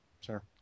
Sure